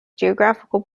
geographic